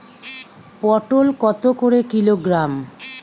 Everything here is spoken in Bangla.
পটল কত করে কিলোগ্রাম?